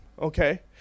okay